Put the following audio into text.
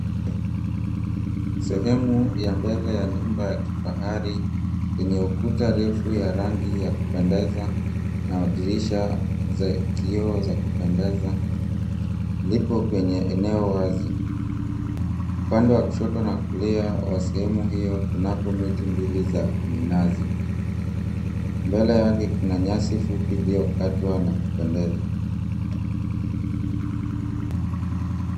Sehemu ya mbele ya nyumba ya kifahari yenye ukuta refu ya rangi ya kupendeza na madirisha za kioo za kupendeza lipo kwenye eneo wazi. Upande wa kushoto na kulia wa sehemu hio kunako miti mbili za minazi. Mbele yake kuna nyasi fupi iliyokatwa na kupendeza.